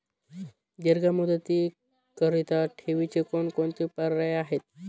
दीर्घ मुदतीकरीता ठेवीचे कोणकोणते पर्याय आहेत?